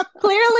Clearly